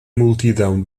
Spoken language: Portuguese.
multidão